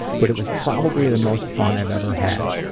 but it was probably the most fun i've ever had.